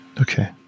Okay